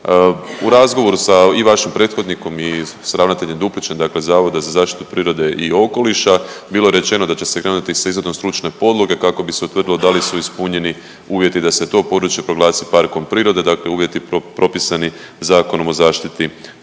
U razgovoru sa i vašim prethodnikom i sa ravnateljem Duplićem, dakle Zavoda za zaštitu prirode i okoliša bilo je rečeno da će se krenuti sa izradom stručne podloge kako bi se utvrdilo da li su ispunjeni uvjeti da se to područje proglasi parkom prirode, dakle uvjeti propisani Zakonom o zaštiti prirode.